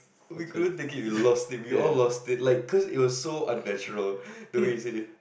we couldn't take it we lost it we all lost it like cause it was so unnatural the way he said it